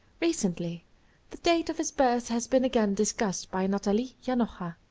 recently the date of his birth has been again discussed by natalie janotha,